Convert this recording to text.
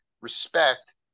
respect